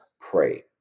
Pray